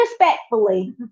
respectfully